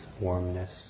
warmness